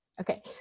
Okay